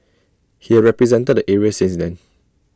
he had represented the area since then